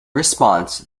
response